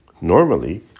Normally